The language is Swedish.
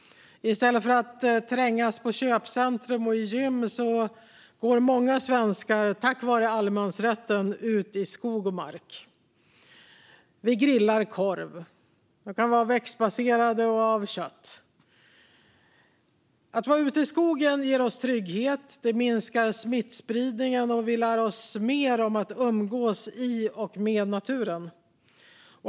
I stället för att trängas på köpcentrum och i gym går många svenskar, tack vare allemansrätten, ut i skog och mark. Vi grillar korv, växtbaserad eller av kött. Att vara ute i skogen ger oss trygghet, minskar smittspridningen och lär oss mer om att umgås i och med naturen.